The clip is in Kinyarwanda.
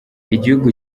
igihugu